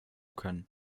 können